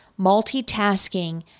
multitasking